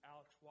Alex